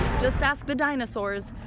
just ask the dinosaurs.